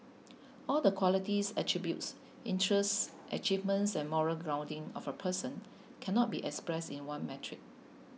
all the qualities attributes interests achievements and moral grounding of a person cannot be expressed in one metric